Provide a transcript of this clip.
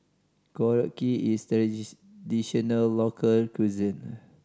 korokke is a local cuisine